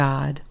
God